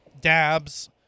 dabs